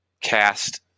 cast